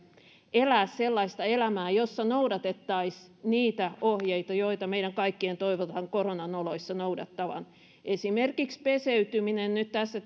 elää sellaista elämää jossa noudatettaisiin niitä ohjeita joita meidän kaikkien toivotaan koronan oloissa noudattavan esimerkiksi peseytyminen nyt tässä